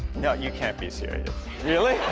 no you can't be serious really?